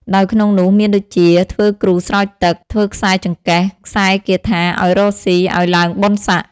ដោយក្នុងនោះមានដូចជា ធ្វើគ្រូស្រោចទឹក ធ្វើខ្សែចង្កេះ ខ្សែគាថាឲ្យរកស៊ី ឲ្យឡើងបុណ្យស័ក្តិ ។